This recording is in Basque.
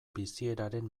bizieraren